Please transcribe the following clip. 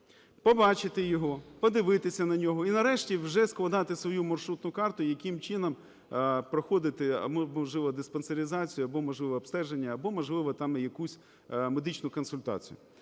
побачити його, подивитися на нього – і, нарешті, вже складати свою маршрутну карту, яким чином проходити, можливо, диспансеризацію, або, можливо, обстеження, або, можливо, там якусь медичну консультацію.